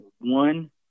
one